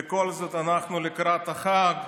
בכל זאת, אנחנו לקראת החג,